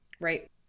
right